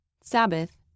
Sabbath